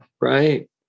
Right